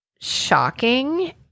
shocking